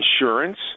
insurance